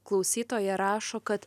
klausytoja rašo kad